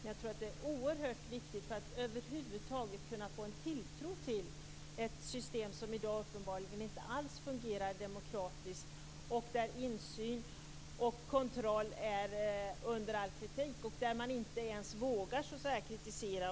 Jag tror att det är oerhört viktigt för att över huvud taget kunna få en tilltro till ett system som i dag uppenbarligen inte alls fungerar demokratiskt, där insyn och kontroll är under all kritik och där man inte ens vågar kritisera.